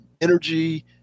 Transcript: energy